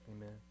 amen